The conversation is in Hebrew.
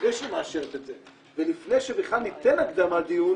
לפני שהוא מאשרת את זה ולפני שבכלל ניתן הקדמת דיון,